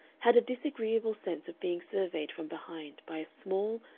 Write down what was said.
had a disagreeable sense of being surveyed from behind by a small,